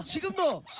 ah ih oppa